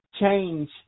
change